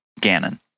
Ganon